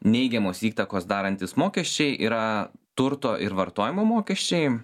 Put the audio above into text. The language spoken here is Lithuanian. neigiamos įtakos darantys mokesčiai yra turto ir vartojimo mokesčiai